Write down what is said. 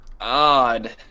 Odd